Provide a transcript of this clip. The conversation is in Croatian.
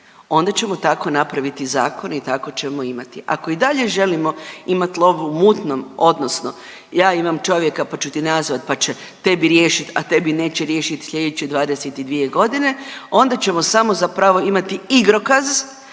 onda ćemo tako napraviti zakon i tako ćemo imati. Ako i dalje želimo imat lov u mutnom odnosno ja imam čovjeka, pa ću ti nazvat, pa će tebi riješit, a tebi neće riješit slijedeće 22.g. onda ćemo samo zapravo imati igrokaz